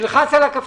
ראש